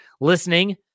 listening